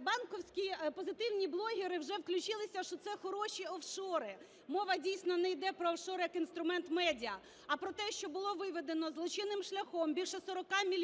"Банковські" позитивні блогери вже включилися, що це хороші офшори. Мова дійсно не йде про офшори як інструмент медіа, а про те, що було виведено злочинним шляхом більше 40 мільйонів